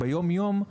ביום-יום,